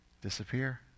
disappear